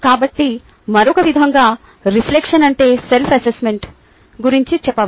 కాబట్టి మరొక విధంగా రిఫ్లెక్షన్ అంటే సెల్ఫ్ అసెస్మెంట్ గురించి చెప్పవచ్చు